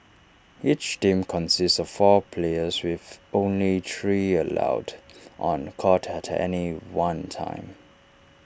each team consists of four players with only three allowed on court at any one time